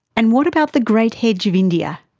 and what about the great hedge of india?